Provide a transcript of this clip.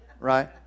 Right